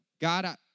God